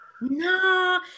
No